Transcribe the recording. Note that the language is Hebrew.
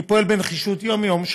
אני פועל בנחישות יום-יום,